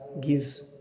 gives